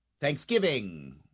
Thanksgiving